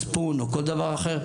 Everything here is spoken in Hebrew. מצפון או כל דבר אחר.